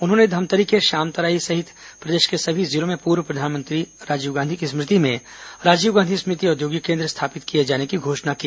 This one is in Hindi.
उन्होंने धमतरी के श्यामतराई सहित प्रदेश के सभी जिलों में पूर्व प्रधानमंत्री राजीव गांधी की स्मृति में राजीव गांधी स्मृति औद्योगिक केंद्र स्थापित किए जाने की घोषणा की